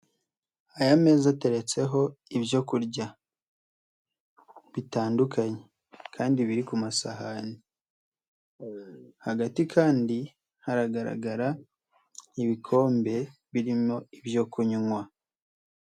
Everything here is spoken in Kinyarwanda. Aya meza ateretseho ibyo kurya bitandukanye kandi biri ku masahani. Hagati kandi haragaragara ibikombe birimo ibyo kunywa.